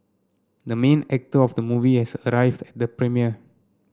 the main actor of the movie has arrived at the premiere